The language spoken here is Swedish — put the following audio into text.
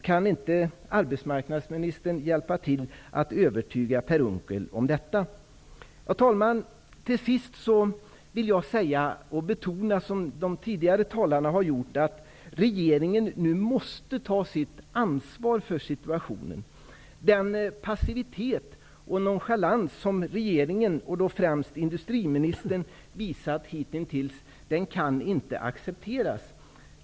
Kan inte arbetsmarknadsministern hjälpa till att övertyga Per Unckel om detta? Herr talman! Till sist vill jag, som de tidigare talarna, betona att regeringen nu måste ta sitt ansvar för situationen. Den passivitet och nonchalans som regeringen, och främst industriministern, visat hitintills kan inte accepteras.